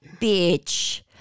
bitch